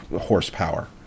horsepower